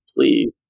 please